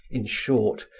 in short,